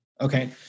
Okay